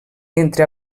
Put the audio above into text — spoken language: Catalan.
entre